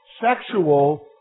Sexual